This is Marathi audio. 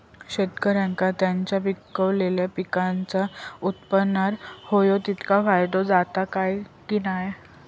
शेतकऱ्यांका त्यांचा पिकयलेल्या पीकांच्या उत्पन्नार होयो तितको फायदो जाता काय की नाय?